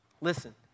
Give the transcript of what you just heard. listen